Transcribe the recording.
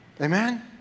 Amen